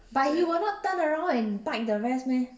but he will not turn around and bite the rest meh